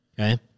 Okay